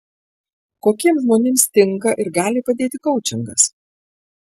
kokiems žmonėms tinka ir gali padėti koučingas